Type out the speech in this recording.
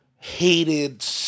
hated